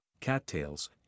cattails